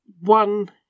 one